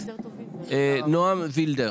נועם וילדר.